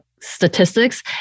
statistics